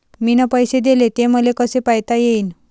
मिन पैसे देले, ते मले कसे पायता येईन?